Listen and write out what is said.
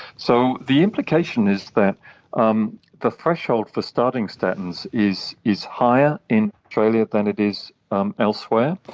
so the implication is that um the threshold for starting statins is is higher in australia than it is um elsewhere,